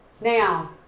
Now